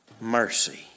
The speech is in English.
mercy